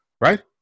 right